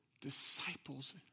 disciples